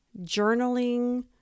journaling